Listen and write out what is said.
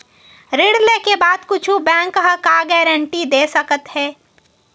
ऋण लेके बाद कुछु बैंक ह का गारेंटी दे सकत हे?